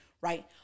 right